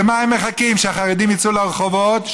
לְמה הם מחכים, שהחרדים יצאו לרחובות?